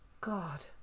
God